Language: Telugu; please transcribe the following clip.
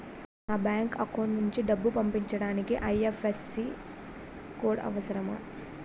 నా బ్యాంక్ అకౌంట్ నుంచి డబ్బు పంపించడానికి ఐ.ఎఫ్.ఎస్.సి కోడ్ అవసరమా?